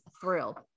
thrilled